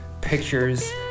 pictures